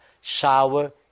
shower